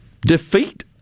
defeat